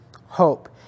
hope